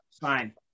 Fine